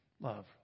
love